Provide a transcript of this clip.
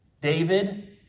David